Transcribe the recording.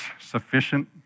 sufficient